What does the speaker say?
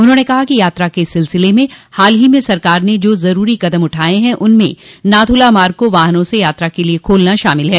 उन्होंने कहा कि यात्रा के सिलसिले में हाल ही में सरकार ने जो ज़रूरी क़दम उठाये हैं उनमें नाथुला मार्ग को वाहनों से यात्रा के लिये खोलना शामिल है